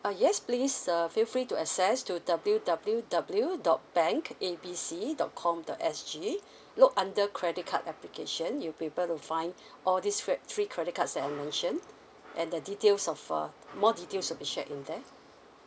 uh yes please uh feel free to access to W_W_W dot bank A B C dot com dot S_G look under credit card application you'll be able to find all these red three credit cards that I mentioned and the details of uh more details will be shared in there